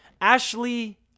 Ashley